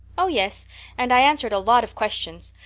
oh, yes and i answered a lot of questions.